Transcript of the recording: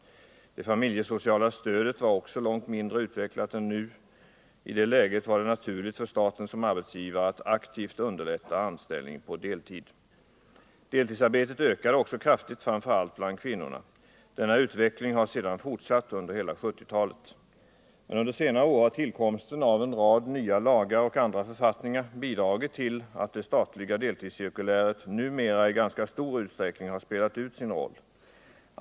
Det familjesociala stödet var också långt mindre utvecklat än nu. I det läget var det naturligt för staten som arbetsgivare att aktivt underlätta anställning på deltid. Deltidsarbetet ökade också kraftigt, framför allt bland kvinnorna. Denna utveckling har sedan fortsatt under hela 1970-talet. Men under senare år har tillkomsten av en rad nya lagar och andra författningar bidragit till att det statliga deltidscirkuläret numera i ganska stor utsträckning har spelat ut sin roll.